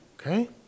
Okay